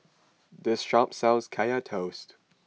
this shop sells Kaya Toast